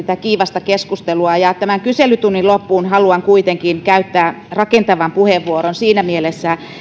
tätä kiivasta keskustelua myöhemmin tämän kyselytunnin lopuksi haluan kuitenkin käyttää rakentavan puheenvuoron siinä mielessä